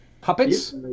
puppets